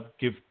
give